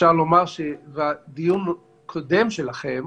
שאפשר לומר שהדיון הקודם שלכם